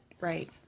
right